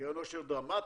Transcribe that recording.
קרן עושר דרמטית,